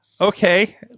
Okay